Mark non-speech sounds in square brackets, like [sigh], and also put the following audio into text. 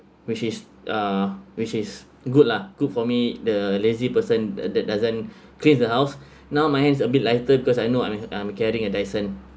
which is uh which is good lah good for me the lazy person uh that doesn't [breath] clean the house [breath] now my hands a bit lighter because I know I'm I'm carrying a dyson